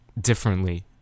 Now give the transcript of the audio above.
differently